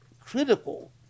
critical